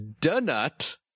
Donut